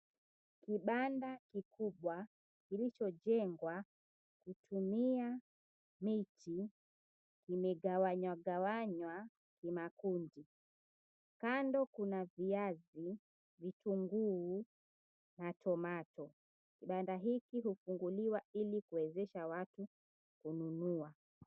Kibanda kikubwa kilicho jengwa kwa kutumia miti imegawanywa gawanywa kimakundi, kando kuna viazi vitunguu na tomato kibanda hiki hufunguliwa ili kuwezesha watu kununua.